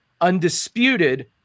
undisputed